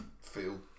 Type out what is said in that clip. Feel